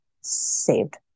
saved